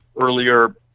earlier